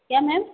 क्या मैम